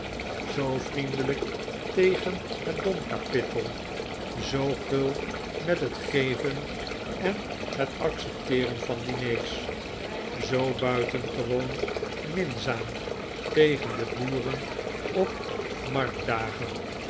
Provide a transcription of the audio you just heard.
zoo vriendelijk tegen het domkapittel zoo gul met het geven en het accepteeren van diners zoo buitengewoon minzaam tegen de boeren op marktdagen